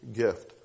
gift